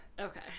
Okay